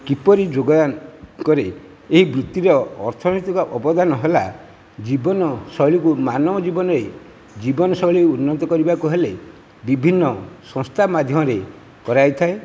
କିପରି ଯୋଗଦାନ କରି ଏହି ଭିତିକ ଅର୍ଥନୈତିକ ଅବଦାନ ହେଲା ଜୀବନଶୈଳୀକୁ ମାନବ ଜୀବନରେ ଜୀବନଶୈଳୀ ଉନ୍ନତ କରିବାକୁ ହେଲେ ବିଭିନ୍ନ ସଂସ୍ଥା ମାଧ୍ୟମରେ କରାଯାଇଥାଏ